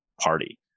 party